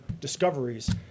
discoveries